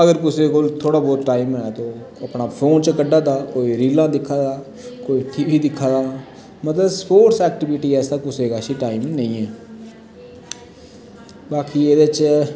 अगर कुसे कोल थोह्ड़ा बौह्त टाईम है ते ओह् अपना फोन कड्ढा दा कोई रीलां दिक्खा दा कोई टी बी दिक्खा दा मतलव सेपोर्टस ऐक्टिविटी आस्तै कुसै कोल टाईम नी ऐ बाकी एह्दे च